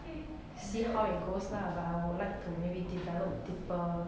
see how it goes lah but I would like to maybe develop deeper